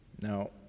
Now